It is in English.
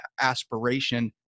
aspiration